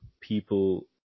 people